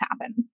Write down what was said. happen